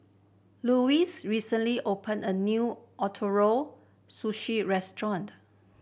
Louies recently opened a new Ootoro Sushi Restaurant